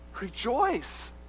rejoice